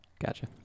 Gotcha